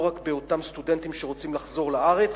לא רק באותם סטודנטים שרוצים לחזור לארץ,